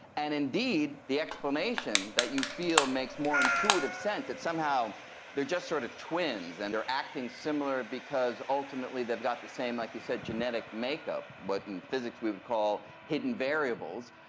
and indeed, the explanation that you feel makes more intuitive sense, that somehow they are just sort of twins and they are acting similar because ultimately they've got the same, like you said, genetic make-up, what in physics we would call hidden variables,